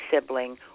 sibling